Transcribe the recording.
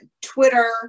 Twitter